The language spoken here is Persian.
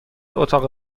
اتاق